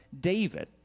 David